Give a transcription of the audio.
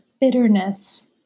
bitterness